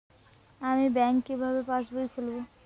আমি ব্যাঙ্ক কিভাবে পাশবই খুলব?